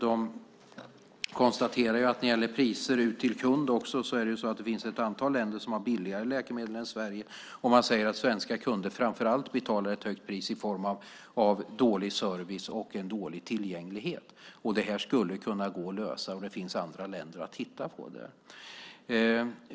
De konstaterar när det gäller priser till kunden att det finns ett antal länder som har billigare läkemedel än Sverige. Man säger att svenska kunder framför allt betalar ett högt pris i form av dålig service och dålig tillgänglighet. Detta skulle kunna gå att lösa. Det finns andra länder att titta på.